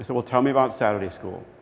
i said, well, tell me about saturday school.